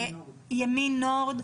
ימין נורד.